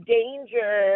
danger